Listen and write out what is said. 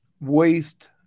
waste